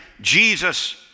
Jesus